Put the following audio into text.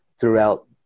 throughout